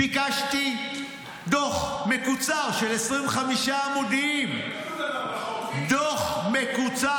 ביקשתי דוח מקוצר של 25 עמודים -- אין דבר כזה בחוק,